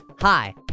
Hi